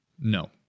No